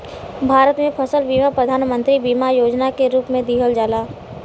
भारत में फसल बीमा प्रधान मंत्री बीमा योजना के रूप में दिहल जाला